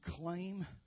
claim